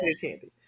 candy